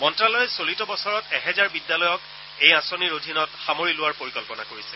মন্ত্যালয়ে চলিত বছৰত এহেজাৰ বিদ্যালয়ক এই আঁচনিৰ অধীনত সামৰি লোৱাৰ পৰিকল্পনা কৰিছে